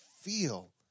feel